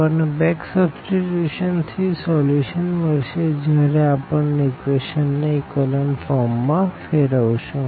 આપણને back substitution થી solution મળશે જયારે આપણે ઇક્વેશન ને ઇકોલન ફોર્મ માં ફેરવશું